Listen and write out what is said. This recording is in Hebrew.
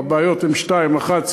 או הבעיות הן שתיים: אחת,